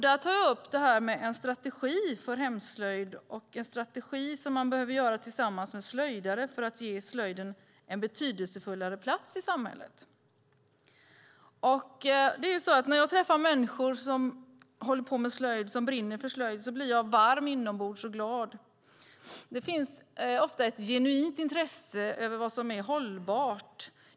Där tar jag upp frågan om en strategi för hemslöjd, en strategi som man behöver utforma tillsammans med slöjdare för att ge slöjden en mer betydelsefull plats i samhället. När jag träffar människor som håller på med och brinner för slöjd blir jag varm inombords och glad. Det finns ofta ett genuint intresse för vad som är hållbart.